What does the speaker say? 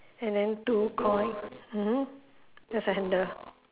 and then two coi~ mmhmm that's the handle